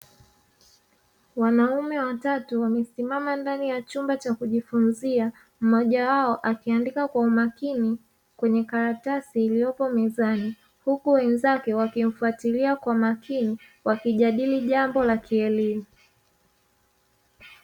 Wanaume watatu wamesimama ndani ya chumba cha kujifunzia, mmojawao akiandika kwa umakini kwenye karatasi iliyopo mezani, huku wenzake wakimfuatilia kwa makini, wakijadili jambo la kielimu.